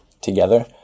together